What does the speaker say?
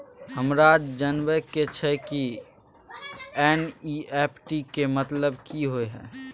हमरा जनबा के छै की एन.ई.एफ.टी के मतलब की होए है?